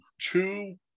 two